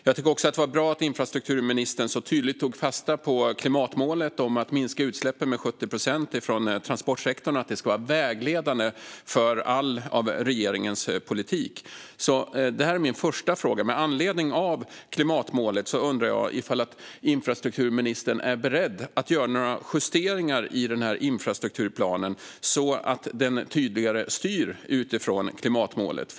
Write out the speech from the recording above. Det var också bra att infrastrukturministern tydligt tog fasta på klimatmålet om att minska utsläppen från transportsektorn med 70 procent och att det ska vara vägledande för all regeringens politik. Med anledning av klimatmålet undrar jag, i min första fråga, ifall infrastrukturministern är beredd att göra några justeringar i infrastrukturplanen så att den tydligare styr utifrån klimatmålet.